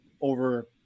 over